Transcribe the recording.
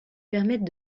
permettent